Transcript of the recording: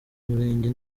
murenge